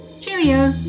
Cheerio